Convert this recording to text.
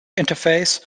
interface